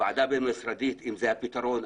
ועדה בין משרדית אם זה הפתרון,